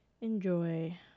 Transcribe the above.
enjoy